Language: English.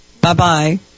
bye-bye